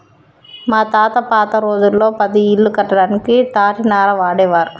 మా తాత పాత రోజుల్లో పది ఇల్లు కట్టడానికి తాటినార వాడేవారు